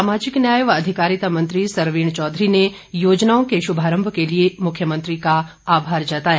सामाजिक न्याय व अधिकारिता मंत्री सरवीण चौधरी ने योजनाओं के श्भारंभ के लिए मुख्यमंत्री का आभार जताया